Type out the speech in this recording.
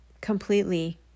completely